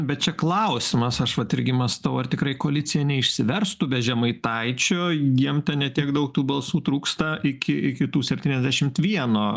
bet čia klausimas aš vat irgi mąstau ar tikrai koalicija neišsiverstų be žemaitaičio jiem ten ne tiek daug tų balsų trūksta iki iki tų septyniasdešimt vieno